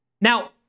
Now